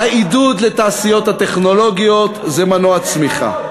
העידוד לתעשיות הטכנולוגיות, זה מנוע צמיחה.